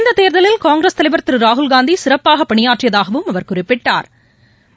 இந்த தேர்தலில் ஊங்கிரஸ் தலைவர் திரு ராகுல்காந்தி சிறப்பாக பணியாற்றியதாகவும் அவர் குறிப்பிட்டா்